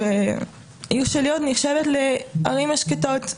העיר שלי עוד נחשבת לאחת הערים השקטות.